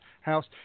house